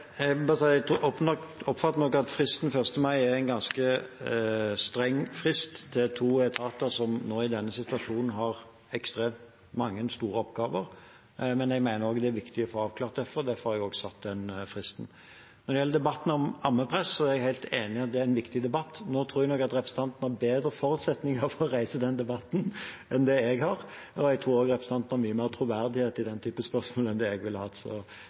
oppfatter nok fristen 1. mai som en ganske streng frist. Det er to etater som nå, i denne situasjonen, har ekstremt mange store oppgaver, men jeg mener det er viktig å få avklart dette, og derfor har jeg satt den fristen. Når det gjelder debatten om ammepress, er jeg helt enig i at det er en viktig debatt. Jeg tror nok at representanten har bedre forutsetninger for å reise den debatten enn jeg har, og jeg tror også at representanten har mye mer troverdighet i den typen spørsmål enn det jeg ville hatt.